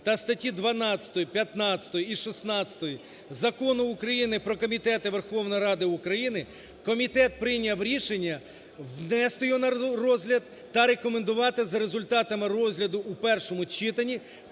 та статті 12, 15 і 16 Закону України "Про комітети Верховної Ради України" комітет прийняв рішення внести його на розгляд та рекомендувати за результатами розгляду в першому читанні